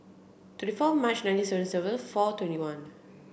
twenty four March nineteen seventy seven four twenty one